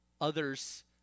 others